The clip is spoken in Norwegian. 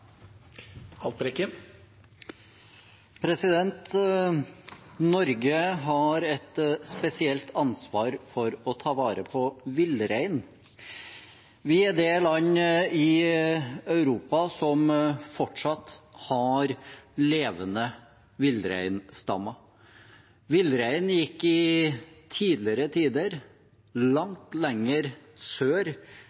har et spesielt ansvar for å ta vare på villreinen. Vi er det landet i Europa som fortsatt har levende villreinstammer. Villreinen gikk i tidligere tider